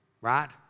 Right